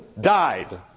died